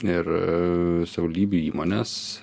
ir savivaldybių įmonės